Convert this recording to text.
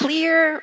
Clear